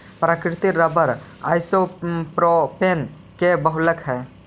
प्राकृतिक rubber isopropene के बहुलक हई